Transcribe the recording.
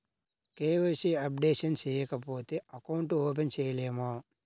KYC updation చేయకపోతే account open చేయలేమా?